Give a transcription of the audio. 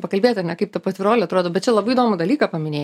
pakalbėti ane kaip ta pati rolė atrodo bet čia labai įdomų dalyką paminėjai